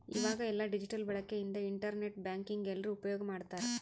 ಈವಾಗ ಎಲ್ಲ ಡಿಜಿಟಲ್ ಬಳಕೆ ಇಂದ ಇಂಟರ್ ನೆಟ್ ಬ್ಯಾಂಕಿಂಗ್ ಎಲ್ರೂ ಉಪ್ಯೋಗ್ ಮಾಡ್ತಾರ